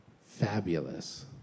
fabulous